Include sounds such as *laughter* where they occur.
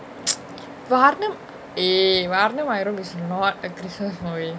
*noise* vaarnam eh vaarnamaayiram is not a christmas movie